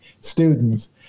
students